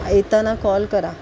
येताना कॉल करा